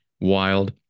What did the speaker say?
wild